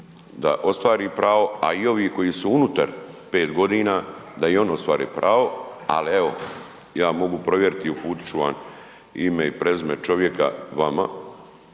da ostvari pravo a i ovi koji su unutar 5 g., da i oni ostvare pravo ali evo, ja mogu provjeriti i uputit ću vam ime i prezime čovjeka vama,